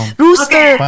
rooster